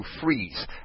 freeze